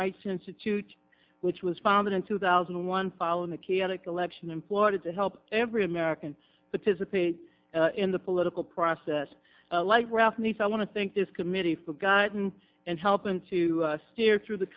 rights institute which was founded in two thousand and one following the chaotic election in florida to help every american but physically in the political process like ralph neas i want to thank this committee forgotten and helping to steer through the